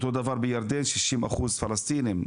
אותו דבר בירדן, 60% פלסטינים.